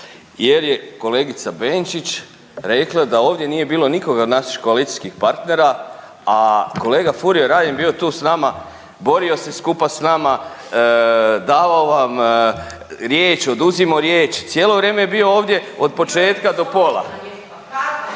jer je kolegica Benčić rekla da ovdje nije bilo nikoga od naših koalicijskih partnera, a kolega Furio Radin je bio tu s nama, borio se skupa s nama, davao vam riječ, oduzimao riječ, cijelo vrijeme je bio ovdje otpočetka do pola.